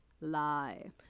lie